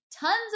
Tons